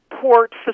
port